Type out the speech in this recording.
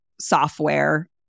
software